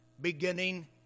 beginning